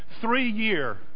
three-year